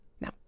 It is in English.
Now